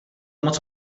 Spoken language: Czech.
moc